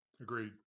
Agreed